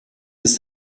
ist